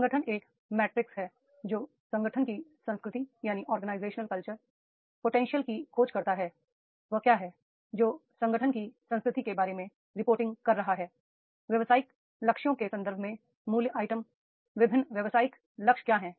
संगठन एक मीट्रिक है जो संगठन कीसंस्कृति पोटेंशियल की खोज करता है वह क्या है जो संगठन कीसंस्कृति के बारे में रिपोर्टिंग कर रहा है व्यावसायिक लक्ष्यों के संदर्भ में मूल्य आइटम विभिन्न व्यावसायिक लक्ष्य क्या हैं